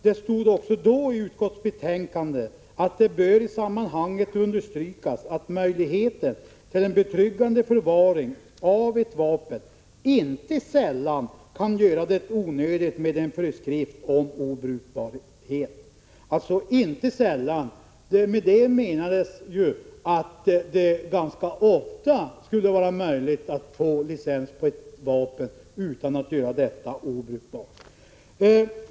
Det stod också då i utskottsbetänkandet: ”Det bör i sammanhanget understrykas att möjligheter till en betryggande förvaring av ett vapen inte sällan kan göra det onödigt med en föreskrift om obrukbarhet.” Med ”inte sällan” menades att det ganska ofta skulle vara möjligt att få licens för ett vapen utan att göra detta obrukbart.